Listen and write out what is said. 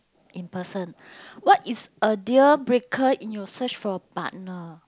in person what is a deal breaker in your search for a partner